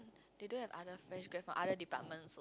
they don't have other fresh grad from other departments